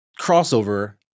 Crossover